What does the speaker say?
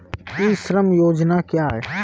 ई श्रम योजना क्या है?